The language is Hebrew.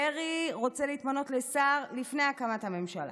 דרעי רוצה להתמנות לשר לפני הקמת הממשלה.